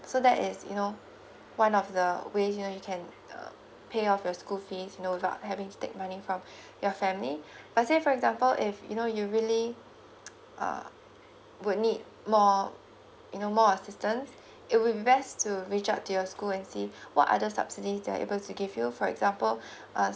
so that is you know one of the ways you know you can uh pay off your school fees you know without having to take money from your family let's say for example if you know you really uh would need more you know more assistance it would be best to reach out to your school and see what are the subsidies they're able to give you for example uh